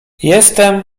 jestem